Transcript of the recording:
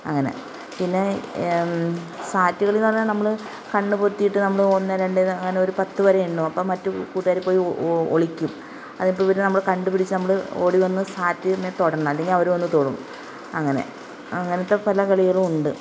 അങ്ങനെ പിന്നെ സാറ്റ് കളീന്ന് പറഞ്ഞാൽ നമ്മൾ കണ്ണ് പൊത്തീട്ട് നമ്മൾ ഒന്ന് രണ്ട് എന്ന് അങ്ങനെ ഒരു പത്ത് വരെ എണ്ണും അപ്പം മറ്റ് കൂട്ടുകാർ പോയി ഓ ഒളിക്കും അതിപ്പം ഇവർ നമ്മൾ കണ്ട് പിടിച്ച് നമ്മൾ ഓടി വന്ന് സാറ്റ് മ്മേ തൊടണം അല്ലേ അവർ വന്ന് തൊടും അങ്ങനെ അങ്ങനത്തെ പല കളികളും ഉണ്ട്